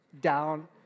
down